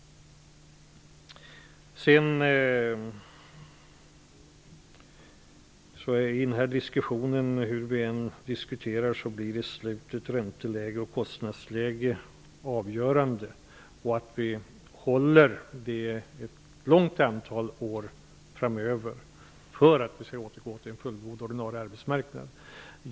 Hur vi än diskuterar i dessa sammanhang är det till slut ränte och kostnadsläget som blir avgörande, och det kommer att dröja ett stort antal år innan vi kan återfå en fullgod ordinarie arbetsmarknad.